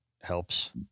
helps